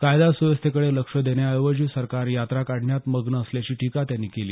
कायदा सुव्यवस्थेकडे लक्ष देण्याऐवजी सरकार यात्रा काढण्यात मग्न असल्याची टीका त्यांनी केली